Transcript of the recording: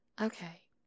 Okay